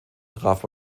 traf